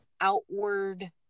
outward